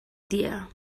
dear